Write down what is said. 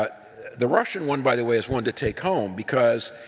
but the russian one, by the way, is one to take home because,